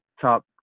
top